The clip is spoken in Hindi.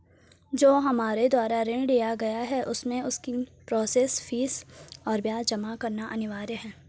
जो हमारे द्वारा ऋण लिया गया है उसमें उसकी प्रोसेस फीस और ब्याज जमा करना अनिवार्य है?